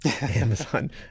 Amazon